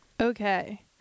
Okay